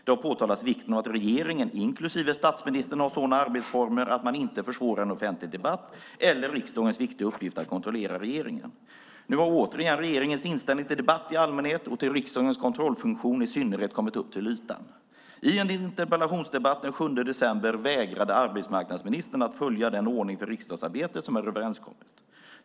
Man har påtalat vikten av att regeringen inklusive statsministern har sådana arbetsformer att man inte försvårar en offentlig debatt eller riksdagens viktiga uppgift att kontrollera regeringen. Nu har återigen regeringens inställning till debatt i allmänhet och till riksdagens kontrollfunktion i synnerhet kommit upp till ytan. I en interpellationsdebatt den 7 december vägrade arbetsmarknadsministern att följa den ordning för riksdagsarbetet som är överenskommen.